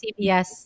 CBS